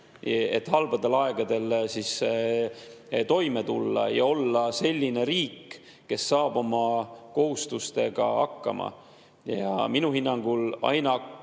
et halbadel aegadel toime tulla ja olla selline riik, kes saab oma kohustustega hakkama. Minu hinnangul on